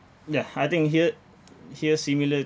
yeah I think here here similar